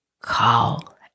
call